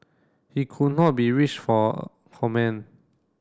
he could not be reached for comment